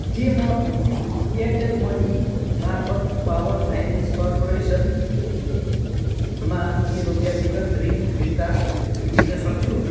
के म Airtel money मार्फत् पावर फाइनेन्स कर्पोरेसनमा मेरो व्यक्तिगत ऋण फिर्ता लिनसक्छु